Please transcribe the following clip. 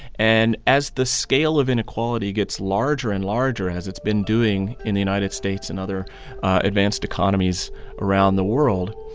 and as the scale of inequality gets larger and larger, as it's been doing in the united states and other advanced economies around the world,